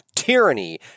tyranny